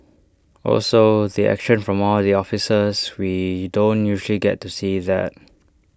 also the action from all the officers we don't usually get to see that